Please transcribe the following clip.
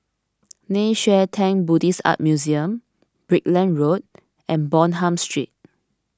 Nei Xue Tang Buddhist Art Museum Brickland Road and Bonham Street